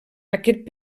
aquest